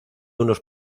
unos